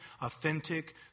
authentic